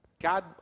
God